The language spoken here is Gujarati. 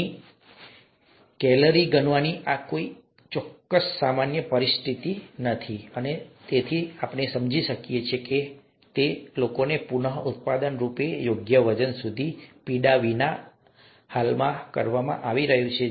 અહીં કેલરી ગણવાની આ કોઈ સામાન્ય પરિસ્થિતિ નથી અને તેથી આપણે સમજી શકીએ છીએ કે ઘણું સારું અને તેથી જેથી કરીને લોકોને પુનઃઉત્પાદન રૂપે તેમના યોગ્ય વજન સુધી ખૂબ પીડા વિના જેમ કે હાલમાં કરવામાં આવી રહ્યું છે